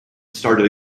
start